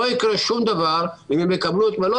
לא יקרה שום דבר אם הם יקבלו את מלוא